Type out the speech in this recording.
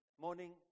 Morning